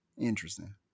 Interesting